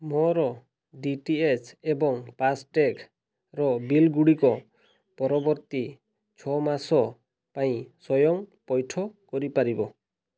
ମୋର D T H ଏବଂ ଫାସ୍ଟ୍ୟାଗ୍ର ବିଲ୍ଗୁଡ଼ିକ ପରବର୍ତ୍ତୀ ଛଅ ମାସ ପାଇଁ ସ୍ଵୟଂ ପଇଠ କରିପାରିବ